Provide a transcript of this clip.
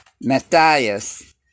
Matthias